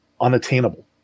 unattainable